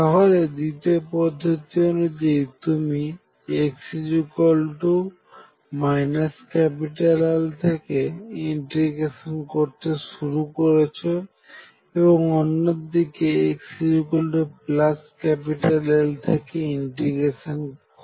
তাহলে দ্বিতীয় পদ্ধতি অনুযায়ী তুমি x L থেকে ইন্টিগ্রেশন করতে শুরু করেছে এবং অন্যদিকে xL থেকে ইন্ট্রিগেশন করছো